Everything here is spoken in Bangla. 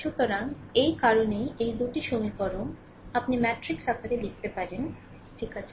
সুতরাং এই কারণেই এই 2 টি সমীকরণ আপনি ম্যাট্রিক্স আকারে লিখতে পারেন ঠিক আছে